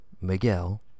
Miguel